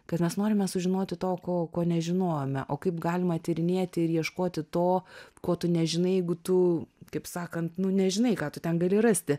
kad mes norime sužinoti to ko ko nežinojome o kaip galima tyrinėti ir ieškoti to ko tu nežinai jeigu tu kaip sakan nu nežinai ką tu ten gali rasti